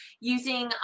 using